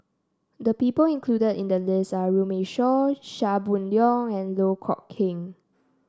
the people included in the list are Runme Shaw Chia Boon Leong and Loh Kok Heng